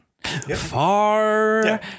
far